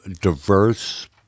diverse